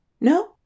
No